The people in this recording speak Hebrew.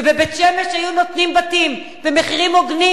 ובבית-שמש היו נותנים בתים במחירים הוגנים